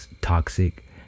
toxic